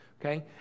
Okay